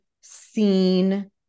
seen